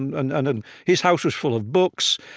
and and and and his house was full of books,